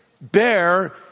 bear